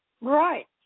Right